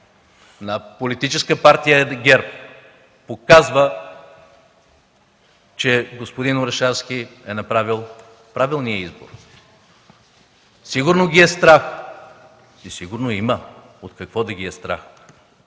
на Политическа партия ГЕРБ показва, че господин Орешарски е направил правилния избор. Сигурно ги е страх и сигурно има от какво да ги е страх.